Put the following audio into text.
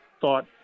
thought